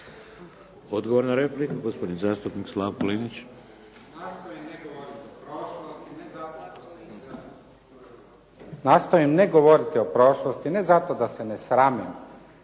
Odgovor na repliku, gospodin zastupnik Slavko Linić. **Linić, Slavko (SDP)** Nastojim ne govoriti o prošlosti, ne zato da se ne sramim